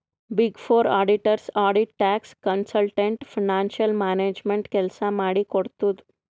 big four auditors audit, tax, consultant, financial management ಕೆಲ್ಸ ಮಾಡಿ ಕೊಡ್ತುದ್